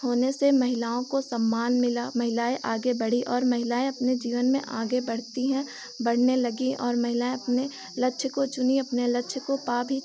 होने से महिलाओं को सम्मान मिला महिलाएँ आगे बढ़ीं और महिलाएँ अपने जीवन में आगे बढ़ती हैं बढ़ने लगीं और महिलाएँ अपने लक्ष्य को चुनी अपने लक्ष्य को पा भी